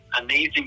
amazing